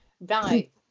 Right